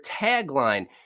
tagline